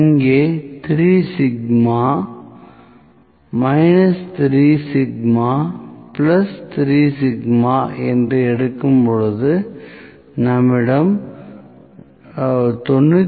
இங்கே 3 sigma 3 sigma மற்றும் 3 sigma என்று எடுக்கும்போது நம்மிடம் 99